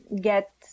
get